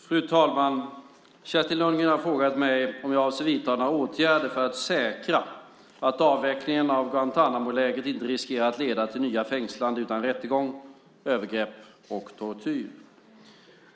Fru talman! Kerstin Lundgren har frågat mig om jag avser att vidta några åtgärder för att säkra att avvecklingen av Guantánamolägret inte riskerar att leda till nya fängslanden utan rättegång och till övergrepp och tortyr.